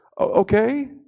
Okay